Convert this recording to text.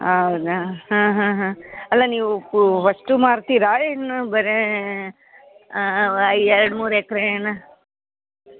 ಹೌದಾ ಹಾಂ ಹಾಂ ಹಾಂ ಅಲ್ಲ ನೀವು ಅಷ್ಟು ಮಾರ್ತೀರಾ ಏನೂ ಬರೀ ಎರಡು ಮೂರು ಎಕ್ರೇನ